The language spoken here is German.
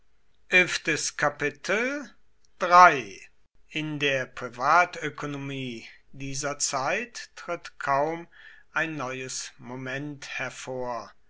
in der privatökonomie dieser zeit tritt kaum ein neues moment hervor